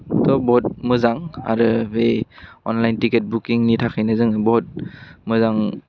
थ' बहुथ मोजां आरो बे अनलाइन थिकिट बुकिंनि थाखायनो जोङो बहुथ मोजां